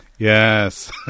yes